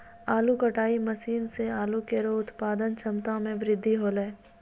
आलू कटाई मसीन सें आलू केरो उत्पादन क्षमता में बृद्धि हौलै